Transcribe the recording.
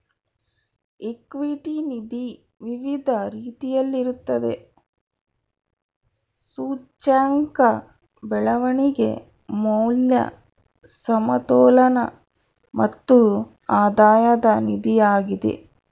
equity ನಿಧಿ ವಿವಿಧ ರೀತಿಯಲ್ಲಿರುತ್ತದೆ, ಸೂಚ್ಯಂಕ, ಬೆಳವಣಿಗೆ, ಮೌಲ್ಯ, ಸಮತೋಲನ ಮತ್ತು ಆಧಾಯದ ನಿಧಿಯಾಗಿದೆ